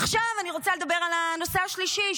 עכשיו אני רוצה לדבר על הנושא השלישי,